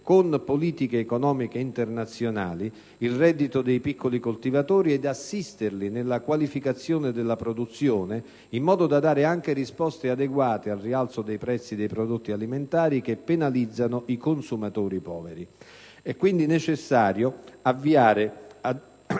con politiche economiche internazionali il reddito dei piccoli coltivatori ed assisterli nella qualificazione della produzione, in modo da dare anche risposte adeguate al rialzo dei prezzi dei prodotti alimentari che penalizzano i consumatori poveri. È necessario, dunque,